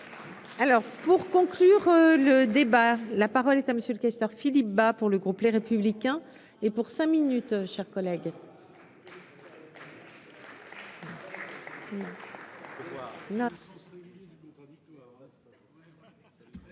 Alors pour conclure le débat, la parole est à monsieur le questeur Philippe Bas pour le groupe Les Républicains et pour cinq minutes chers collègues.